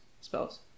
spells